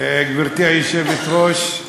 גברתי היושבת-ראש,